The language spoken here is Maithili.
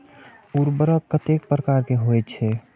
उर्वरक कतेक प्रकार के होई छै?